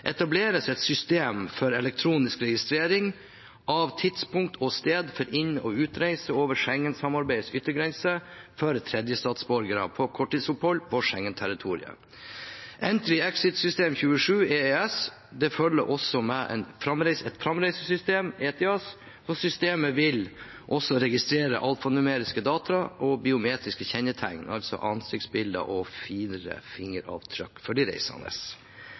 etableres et system for elektronisk registrering av tidspunkt og sted for inn- og utreise over Schengen-samarbeidets yttergrenser, for tredjestatsborgere på korttidsopphold på Schengen-territoriet. Med Entry/Exit System, EES, følger også et framreisesystem, ETIAS, og systemet vil også registrere alfanumeriske data og biometriske kjennetegn, altså ansiktsbilder og fingeravtrykk for de reisende.